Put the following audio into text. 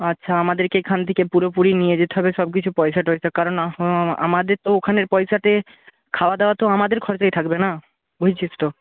আচ্ছা আমাদেরকে এখান থেকে পুরোপুরি নিয়ে যেতে হবে সব কিছু পয়সা টয়সা কারণ আমাদের তো ওখানের পয়সাতে খাওয়াদাওয়া তো আমাদের খরচায় থাকবে না বুঝেছিস তো